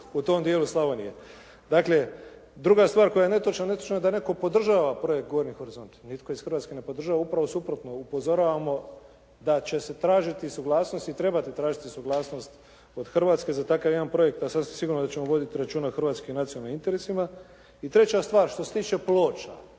u tom dijelu Slavonije. Dakle, druga stvar koja je netočna netočno je da netko podržava projekt gornji horizonti. Nitko iz Hrvatske ne podržava, upravo suprotno. Upozoravamo da će se tražiti suglasnost i trebate tražiti suglasnost od Hrvatske za takav jedan projekt. A sasvim sigurno da ćemo voditi računa o hrvatskim nacionalnim interesima. I treća stvar. Što se tiče ploča,